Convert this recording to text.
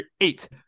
eight